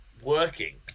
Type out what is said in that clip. working